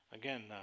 Again